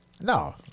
No